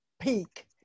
peak